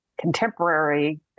contemporary